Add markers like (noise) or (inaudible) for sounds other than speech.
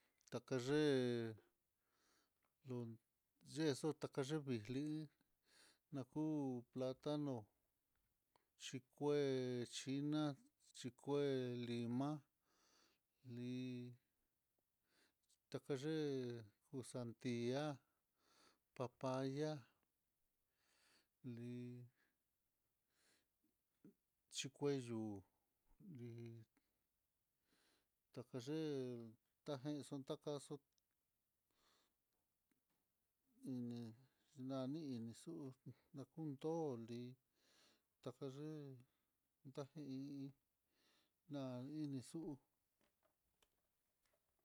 Takeye yenxo takeye vixli naku platano, xhikue xhiná, xhikue lima, lí takaye ku sandia, papaya, li xhikue yuu lí takaye tenxo takaxo, ene nani inixu nakundo li takaye ta (hesitation) iin na ini xu'ú.